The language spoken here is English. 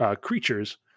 creatures